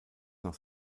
nach